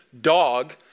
Dog